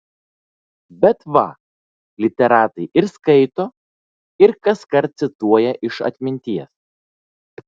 bet va literatai ir skaito ir kaskart cituoja iš atminties